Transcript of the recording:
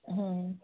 হুম